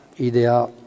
idea